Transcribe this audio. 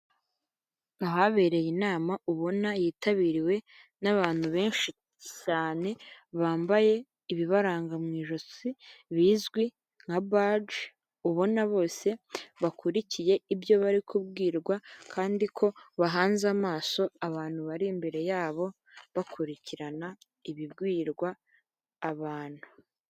Ahabereye inama ubona yitabiriwe nabantu benshi cyane bambaye ibibaranga mu ijosi bizwi nka baji ubona bose bakurikiye ibyo bari kubwirwa kandi ko bahanze amaso abantu bari imbere yabo bakurikirana ibigwirwa abantu.